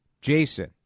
Jason